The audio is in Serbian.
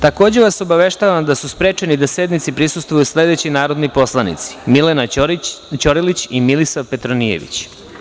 Takođe vas obaveštavam da su sprečeni da sednici prisustvuju sledeći narodni poslanici – Milena Ćorilić i Milisav Petronijević.